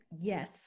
Yes